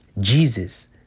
Jesus